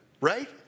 Right